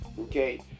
Okay